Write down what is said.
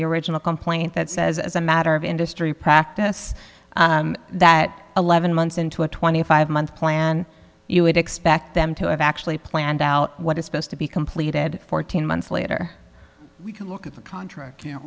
the original complaint that says as a matter of industry practice that eleven months into a twenty five month plan you would expect them to have actually planned out what is supposed to be completed fourteen months later we can look at the contract